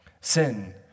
sin